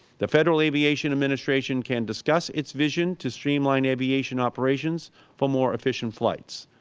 the federal aviation administration can discuss its vision to streamline aviation operations for more efficient flights,